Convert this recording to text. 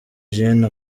jeanne